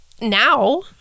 now